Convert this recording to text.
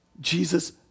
Jesus